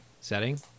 setting